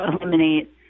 eliminate